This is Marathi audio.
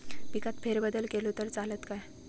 पिकात फेरबदल केलो तर चालत काय?